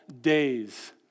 days